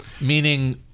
Meaning